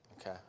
Okay